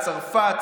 צרפת,